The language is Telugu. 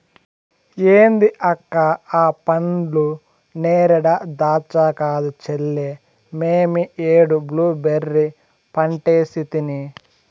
ఏంది అక్క ఆ పండ్లు నేరేడా దాచ్చా కాదు చెల్లే మేమీ ఏడు బ్లూబెర్రీ పంటేసితిని